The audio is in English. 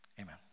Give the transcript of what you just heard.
Amen